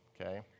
Okay